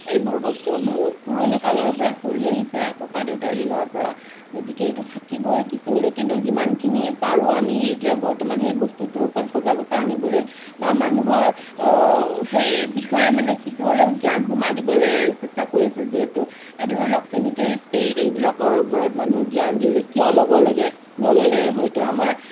এইবোৰ বস্তু বহুত পুৰণি কালৰ পৰা চলি আহিছে ককা দেউতাৰ দিনৰ পৰা গতিকে এইটো থাকিবই কিন্তু কিমানখিনি পাৰো এতিয়া বৰ্তমান সেই বস্তুটোৰ ওপৰত সজাগতা আনিবলৈ বা মানুহৰ সেই বিষয়ে মানে জ্ঞান সোমোৱাই দিবলৈ চেষ্টা কৰিছোঁ যিহেতু এই ধৰিলওক চেনিটেৰি পেড এইবিলাকৰ ওপৰত মানুহৰ জ্ঞান কিয় ল'ব লাগে নল'লে হয়তো আমাৰ